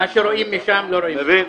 אתה מבין?